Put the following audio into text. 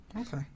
Okay